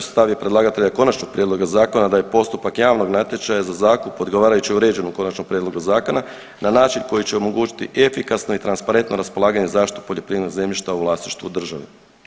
Stav je predlagatelja konačnog prijedloga zakona da je postupak javnog natječaja za zakup odgovarajuće uređen u konačnom prijedlogu zakona na način koji će omogućiti efikasno i transparentno raspolaganje i zaštitu poljoprivrednog zemljišta u vlasništvu države.